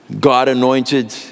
God-anointed